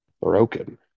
Broken